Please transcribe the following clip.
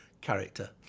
character